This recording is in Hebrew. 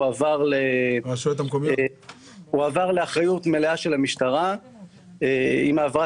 הוא עבר לאחריות מלאה של המשטרה עם העברה